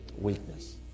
weakness